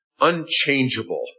unchangeable